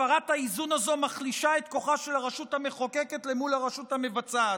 הפרת האיזון הזו מחלישה את כוחה של הרשות המחוקקת למול הרשות המבצעת,